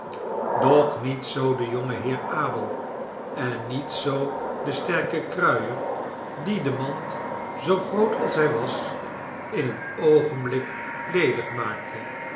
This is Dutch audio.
doch niet zoo de jonge heer abel en niet zoo de sterke kruier die de mand zoo groot als zij was in een oogenblik ledig maakte